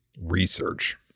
research